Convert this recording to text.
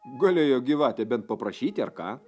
galėjo gyvatė bent paprašyti ar ką